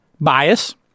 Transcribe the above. bias